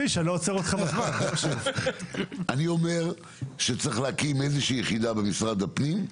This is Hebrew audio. אומר שצריך להקים איזושהי יחידה במשרד הפנים,